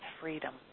freedom